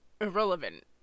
irrelevant